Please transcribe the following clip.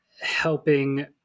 helping